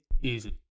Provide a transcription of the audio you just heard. Easy